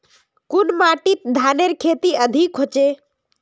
कुन माटित धानेर खेती अधिक होचे?